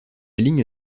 ligne